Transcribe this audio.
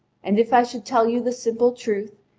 and if i should tell you the simple truth,